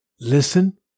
listen